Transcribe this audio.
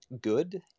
good